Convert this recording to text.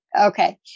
Okay